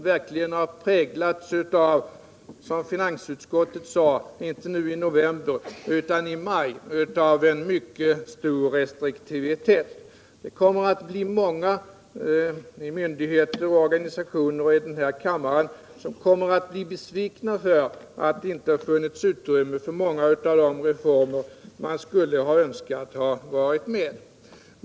Det har präglats av, som finansutskottet sade inte nu i november utan i maj, en mycket stor restriktivitet. Många myndigheter, organisationer och ledamöter i den här kammaren kommer att bli besvikna över att det inte har funnits utrymme för åtskilliga reformer som man har önskat.